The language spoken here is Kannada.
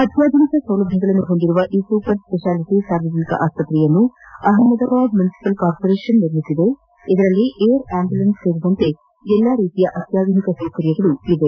ಅತ್ಯಾಧುನಿಕ ಸೌಲಭ್ಯ ಹೊಂದಿರುವ ಈ ಸೂಪರ್ ಸ್ಪೆಷಾಲಿಟಿ ಸಾರ್ವಜನಿಕ ಆಸ್ಪತ್ರೆಯನ್ನು ಅಹಮದಾಬಾದ್ ಮುನಿಸಿಪಲ್ ಕಾರ್ಪೋರೇಷನ್ ನಿರ್ಮಿಸಿದ್ದು ಇದರಲ್ಲಿ ಏರ್ ಅಂಬ್ಯುಲೆನ್ಸ್ ಸೇರಿದಂತೆ ಎಲ್ಲ ಸೌಕರ್ಯಗಳು ಇವೆ